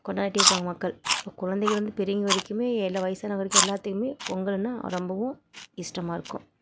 கொண்டாடிட்டுருப்பாங்க மக்கள் ஸோ குழந்தைங்கள்லேருந்து பெரியவங்க வரைக்கும் எல்லா வயிசானவங்க வரைக்கும் எல்லாத்துக்கும் பொங்கல்னா ரொம்பவும் இஷ்டமா இருக்கும்